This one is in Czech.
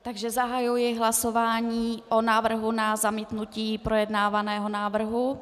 Takže zahajuji hlasování o návrhu na zamítnutí projednávaného návrhu.